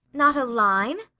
not a line?